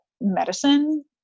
medicine